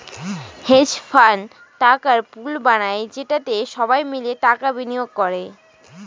hedge fund টাকার pool বানায় যেটাতে সবাই মিলে টাকা বিনিয়োগ করে